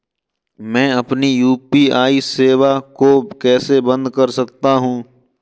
मैं अपनी यू.पी.आई सेवा को कैसे बंद कर सकता हूँ?